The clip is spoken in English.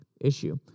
issue